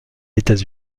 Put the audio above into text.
états